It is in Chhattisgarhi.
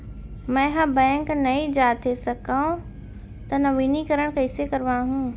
मैं ह बैंक नई जाथे सकंव त नवीनीकरण कइसे करवाहू?